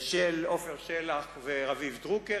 של עפר שלח ורביב דרוקר,